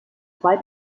weit